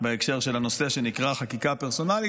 בהקשר של הנושא שנקרא חקיקה פרסונלית.